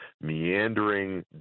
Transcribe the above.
meandering